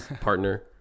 partner